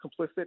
complicit